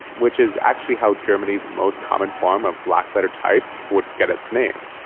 which is actually how germany's most common form of blackletter type would get its name,